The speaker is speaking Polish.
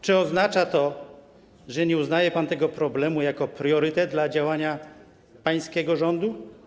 Czy oznacza to, że nie uznaje pan tego problemu za priorytet w działaniach pańskiego rządu?